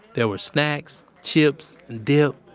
there were snacks, chips, dip,